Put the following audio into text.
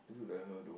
look like her though